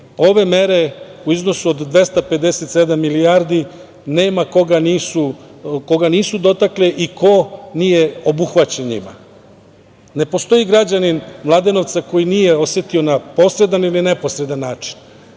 Ove mere u iznosu od 257 milijardi nema koga nisu dotakle i ko nije obuhvaćen njima. Ne postoji građanin Mladenovca koji nije osetio na posredan ili neposredan način.